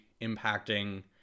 impacting